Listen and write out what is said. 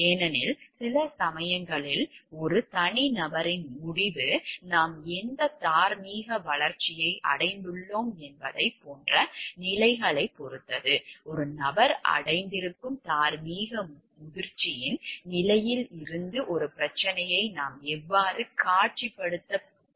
ஏனெனில் சில சமயங்களில் ஒரு தனிநபரின் முடிவு நாம் எந்த தார்மீக வளர்ச்சியை அடைந்துள்ளோம் என்பதைப் போன்ற நிலைகளைப் பொறுத்தது ஒரு நபர் அடைந்திருக்கும் தார்மீக முதிர்ச்சியின் நிலைகளில் இருந்து ஒரு பிரச்சனையை நாம் எவ்வாறு காட்சிப்படுத்துவது